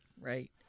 Right